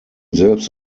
selbst